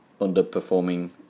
underperforming